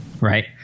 right